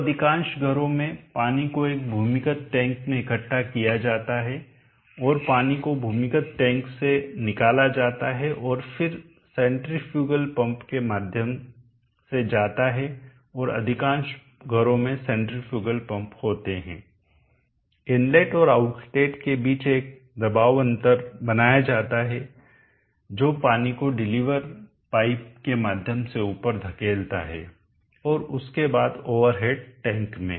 तो अधिकांश घरों में पानी को एक भूमिगत टैंक में इकट्ठा किया जाता है और पानी को भूमिगत टैंक से निकाला जाता है और फिर सेंट्रीफ्यूगल पंप के माध्यम से जाता है और अधिकांश घरों में सेंट्रीफ्यूगल पंप होते हैं इनलेट और आउटलेट के बीच एक दबाव अंतर बनाया जाता है जो पानी को डिलीवरी पाइप के माध्यम से ऊपर धकेलता है और उसके बाद ओवर हेड टैंक में